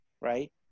Right